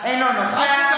אינו נוכח ולדימיר בליאק,